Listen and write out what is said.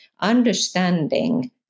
understanding